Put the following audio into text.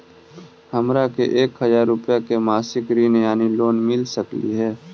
हमरा के एक हजार रुपया के मासिक ऋण यानी लोन मिल सकली हे?